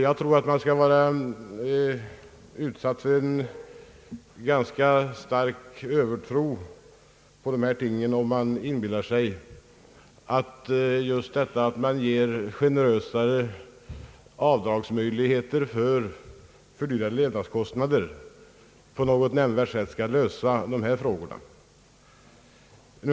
Jag tror att man skall vara utsatt för en ganska stark övertro, om man inbillar sig att just det förhållandet att det ges generösare avdragsmöjligheter för fördyrade levnadskostnader på «något nämnvärt sätt skall lösa dessa problem.